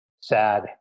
sad